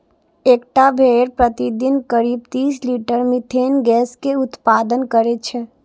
एकटा भेड़ प्रतिदिन करीब तीस लीटर मिथेन गैस के उत्पादन करै छै